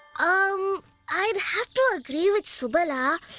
um i'd have to agree with subala.